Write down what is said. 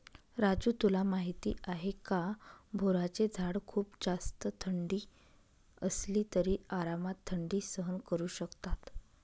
राजू तुला माहिती आहे का? बोराचे झाड खूप जास्त थंडी असली तरी आरामात थंडी सहन करू शकतात